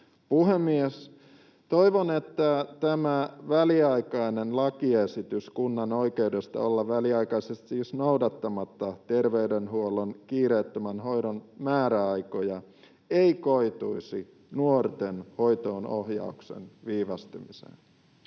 Toivon, että tämä väliaikainen lakiesitys kunnan oikeudesta olla siis väliaikaisesti noudattamatta terveydenhuollon kiireettömän hoidon määräaikoja ei koituisi nuorten hoitoonohjauksen viivästymiseksi.